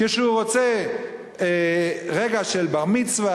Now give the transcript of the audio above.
כשהוא רוצה רגע של בר-מצווה,